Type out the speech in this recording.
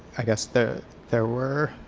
i guess there there were,